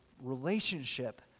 relationship